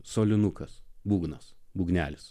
solinukas būgnas būgnelis